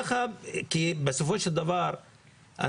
בסופו של דבר,